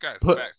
put